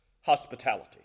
hospitality